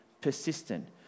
persistent